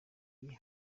gihe